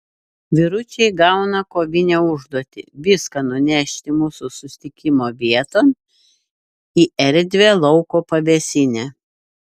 vyručiai gauna kovinę užduotį viską nunešti mūsų susitikimo vieton į erdvią lauko pavėsinę